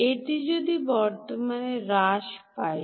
এটি যদি বর্তমান হ্রাস পায়